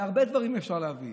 הרבה דברים אפשר להביא,